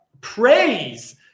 praise